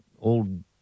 old